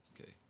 Okay